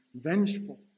vengeful